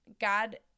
God